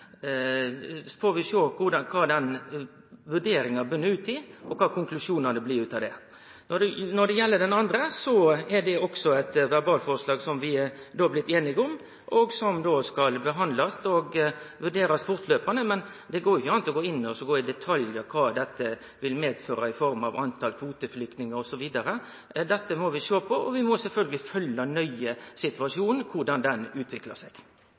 får vi sjå kva som kjem ut av den vurderinga, og kva konklusjonar det blir ut av det. Når det gjeld det andre, er det også eit verbalforslag som vi er blitt einige om, og som skal behandlast og vurderast fortløpande, men det går ikkje an å gå i detalj om kva dette vil medføre i form av tal på kvoteflyktningar osv. Dette må vi sjå på, og vi må sjølvsagt følgje nøye med på korleis situasjonen utviklar seg.